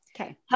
Okay